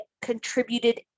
contributed